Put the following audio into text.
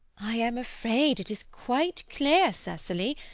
i am afraid it is quite clear, cecily,